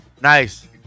Nice